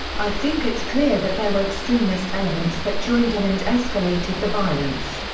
i think it's clear that there were extremist elements that joined in and escalated the violence.